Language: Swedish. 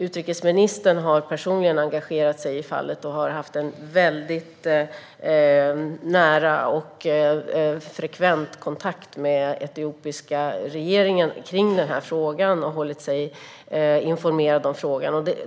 Utrikesministern har personligen engagerat sig i fallet och har haft en väldigt nära och frekvent kontakt med etiopiska regeringen om den här frågan och hållit sig informerad om frågan.